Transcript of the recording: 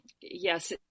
yes